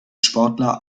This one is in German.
sportler